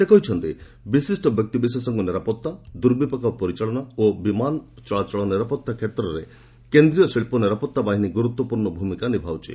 ସେ କହିଛନ୍ତି ବିଶିଷ୍ଟ ବ୍ୟକ୍ତିବିଶେଷଙ୍କ ନିରାପତ୍ତା ଦୁର୍ବିପାକ ପରିଚାଳନା ଓ ବିମାନ ଚଳାଚଳ ନିରାପତ୍ତା କ୍ଷେତ୍ରରେ କେନ୍ଦ୍ରୀୟ ଶିଳ୍ପ ନିରାପତ୍ତା ବାହିନୀ ଗୁରୁତ୍ୱପୂର୍ଣ୍ଣ ଭୂମିକା ନିଭାଉଛି